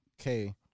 okay